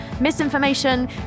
misinformation